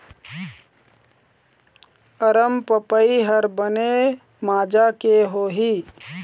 अरमपपई हर बने माजा के होही?